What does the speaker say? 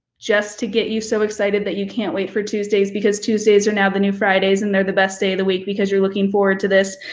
just to get you so excited that you can't wait for tuesdays because tuesdays are now the new fridays, and they're the best day of the week because you're looking forward to this.